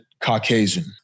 Caucasian